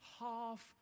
half